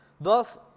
Thus